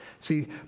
See